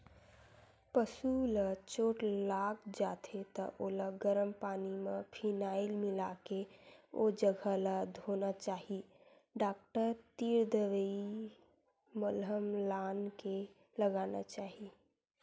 पसु ल चोट लाग जाथे त ओला गरम पानी म फिनाईल मिलाके ओ जघा ल धोना चाही डॉक्टर तीर दवई मलहम लानके लगाना चाही